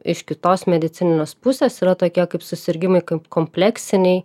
iš kitos medicininės pusės yra tokie kaip susirgimai kaip kompleksiniai